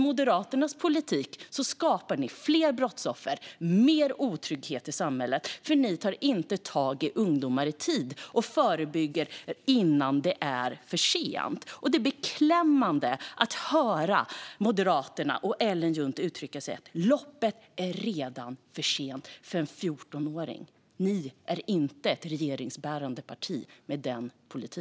Moderaternas politik skapar fler brottsoffer och mer otrygghet i samhället för Moderaterna förebygger inte och tar inte tag i ungdomar innan det är för sent. Det är beklämmande höra Moderaternas Ellen Juntti uttrycka att för en 14-åring är loppet redan kört. Med en sådan politik är Moderaterna inget regeringsbärande parti.